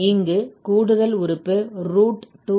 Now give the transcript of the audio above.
இங்கு கூடுதல் உறுப்பு 2 f ' உள்ளது